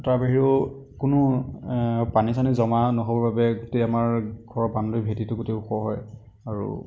তাৰ বাহিৰেও কোনো পানী চানি জমা নহ'বৰ বাবে গোটেই আমাৰ ঘৰৰ বাউণ্ডেৰী ভেঁটীটো গোটেই ওখ হয় আৰু